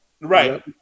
Right